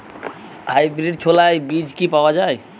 Hybrid ছোলার বীজ কি পাওয়া য়ায়?